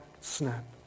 snap